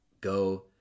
go